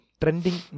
trending